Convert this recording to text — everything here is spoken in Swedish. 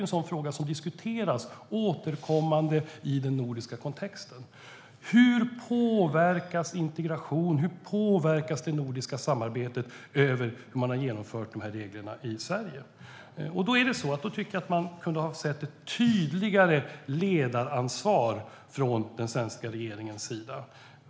En fråga som återkommande diskuteras i den nordiska kontexten är hur integrationen och det nordiska samarbetet påverkas av det sätt på vilket man genomfört reglerna i Sverige. Därför borde vi ha sett ett tydligare ledaransvar från den svenska regeringens sida.